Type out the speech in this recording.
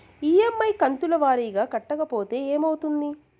EMI కంతుల వారీగా కట్టకపోతే ఏమవుతుంది?